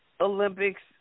Olympics